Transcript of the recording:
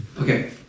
Okay